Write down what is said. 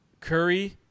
Curry